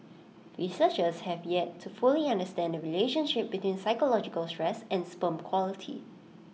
researchers have yet to fully understand the relationship between psychological stress and sperm quality